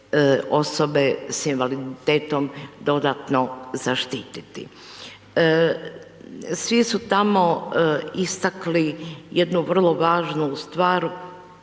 osobe sa invaliditetom dodatno zaštiti. Svi su tamo istakli jednu vrlo važnu stvar